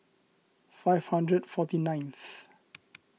five hundred forty nineth